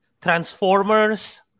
Transformers